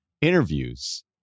interviews